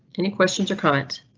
any questions or comments?